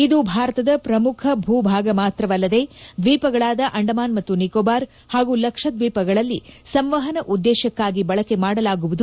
ಇದು ಭಾರತದ ಪ್ರಮುಖ ಭೂ ಭಾಗ ಮಾತ್ರವಲ್ಲದೆ ದ್ವೀಪಗಳಾದ ಅಂಡಮಾನ್ ಮತ್ತು ನಿಕೋಬಾರ್ ಹಾಗೂ ಲಕ್ಷದ್ವೀಪಗಳಲ್ಲಿ ಸಂವಹನ ಉದ್ದೇಶಕ್ಕಾಗಿ ಬಳಕೆ ಮಾಡಲಾಗುವುದು